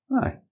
Aye